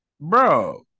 Bro